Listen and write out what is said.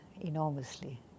enormously